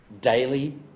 daily